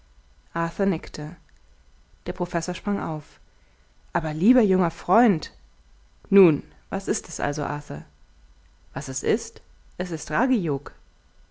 der professor sprang auf aber lieber junger freund nun was ist es also arthur was es ist es ist